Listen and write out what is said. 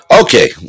okay